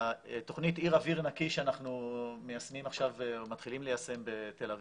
התוכנית "עיר אוויר נקי" שאנחנו מתחילים ליישם עכשיו בתל אביב,